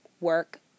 work